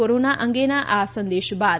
કીરોના અંગેના આ સંદેશ બાદ